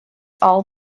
all